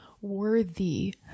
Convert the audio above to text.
worthy